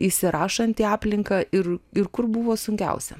įsirašant į aplinką ir ir kur buvo sunkiausia